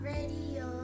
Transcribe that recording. Radio